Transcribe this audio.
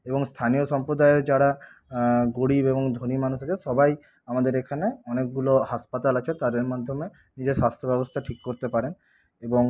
এবং স্থানীয় সম্প্রদায়ের যারা গরিব এবং ধনী মানুষ যারা সবাই আমাদের এখানে অনেকগুলো হাসপাতাল আছে তাদের মাধ্যমে নিজের স্বাস্থ্য ব্যবস্থা ঠিক করতে পারেন এবং